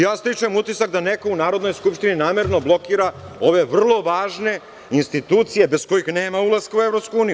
Ja stičem utisak da neko u Narodnoj skupštini namerno blokira ove vrlo važne institucije bez kojih nema ulaska u EU.